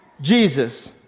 Jesus